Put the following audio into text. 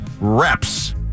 reps